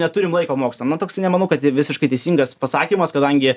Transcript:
neturim laiko mokslam nu toksai nemanau kad visiškai teisingas pasakymas kadangi